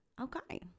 Okay